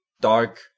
dark